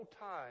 time